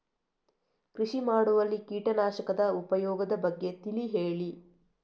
ಕೃಷಿ ಮಾಡುವಲ್ಲಿ ಕೀಟನಾಶಕದ ಉಪಯೋಗದ ಬಗ್ಗೆ ತಿಳಿ ಹೇಳಿ